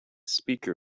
speaker